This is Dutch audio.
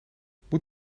moeten